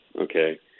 Okay